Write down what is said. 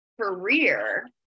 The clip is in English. career